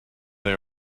they